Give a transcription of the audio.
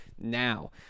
now